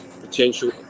potential